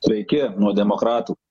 sveiki nuo demokratų pataisų